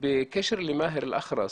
בקשר למאהר אל אח'רס,